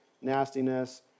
nastiness